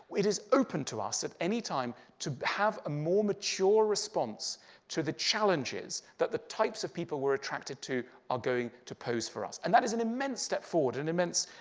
it is open to us at any time to have a more mature response to the challenges that the types of people we're attracted to are going to pose for us. and that is an immense step forward, an immense